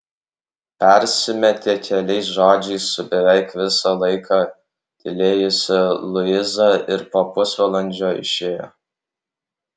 persimetė keliais žodžiais su beveik visą laiką tylėjusia luiza ir po pusvalandžio išėjo